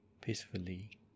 peacefully